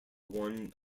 one